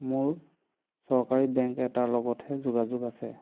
মোৰ চৰকাৰী বেংক এটাৰ লগতহে যোগাযোগ আছে